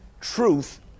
truth